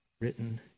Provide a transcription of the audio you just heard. written